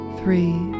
three